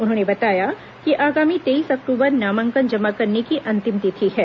उन्होंने बताया कि आगामी तेईस अक्टूबर नामांकन जमा करने की अंतिम तिथि है